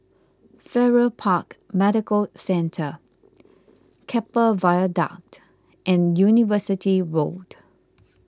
Farrer Park Medical Centre Keppel Viaduct and University Road